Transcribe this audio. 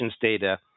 data